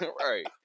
right